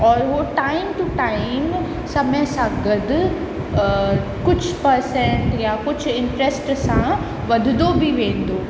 और उहो time to time समय सां गॾु कुझु पर्सेंट या कुझु इंट्र्स्ट सां वधंदो बि वेंदो